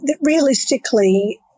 realistically